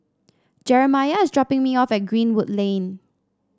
Jeramiah is dropping me off at Greenwood Lane